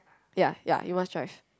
ya ya you must drive